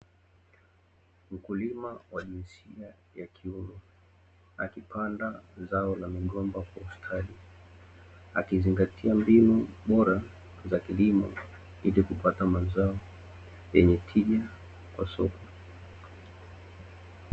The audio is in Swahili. Mkulima wa jinsia ya kiume akipanda zao la migomba kwa ustadi, akizingatia mbinu bora za kilimo ili kupata mazao yenye tija kwa soko.